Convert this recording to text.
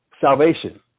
salvation